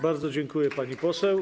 Bardzo dziękuję, pani poseł.